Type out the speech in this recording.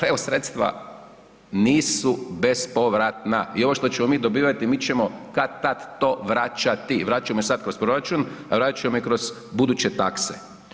EU sredstva nisu bespovratna, i ovo što ćemo mi dobivati, mi ćemo kad-tad to vraćati, vraćamo i sad kroz proračun, vratit ćemo i kroz buduće takse.